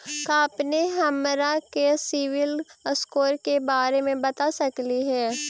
का अपने हमरा के सिबिल स्कोर के बारे मे बता सकली हे?